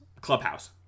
Clubhouse